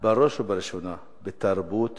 בראש ובראשונה בתרבות